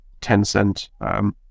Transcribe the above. Tencent